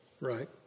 Right